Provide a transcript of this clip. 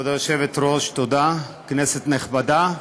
כבוד היושבת-ראש, תודה, כנסת נכבדה,